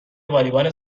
والیبال